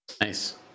Nice